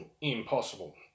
impossible